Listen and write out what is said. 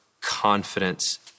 confidence